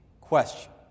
question